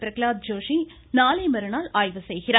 பிரகலாத் ஜோஷி நாளை மறுநாள் ஆய்வு செய்கிறார்